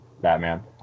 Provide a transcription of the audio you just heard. Batman